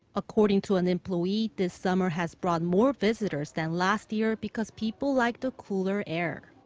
according to an employee, this summer has brought more visitors than last year because people like the cooler air.